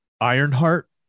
Ironheart